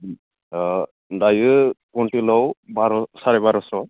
दायो कुविन्टेलाव बार' सारेबार'स'